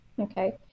Okay